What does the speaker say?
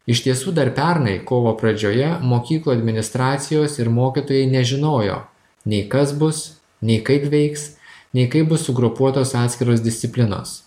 iš tiesų dar pernai kovo pradžioje mokyklų administracijos ir mokytojai nežinojo nei kas bus nei kaip veiks nei kaip bus sugrupuotos atskiros disciplinos